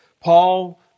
Paul